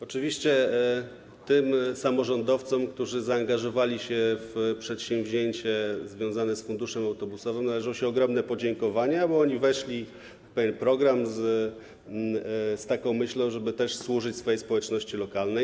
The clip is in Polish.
Oczywiście tym samorządowcom, którzy zaangażowali się w przedsięwzięcie związane z funduszem autobusowym, należą się ogromne podziękowania, bo oni weszli w ten program z taką myślą, że chcą służyć swojej społeczności lokalnej.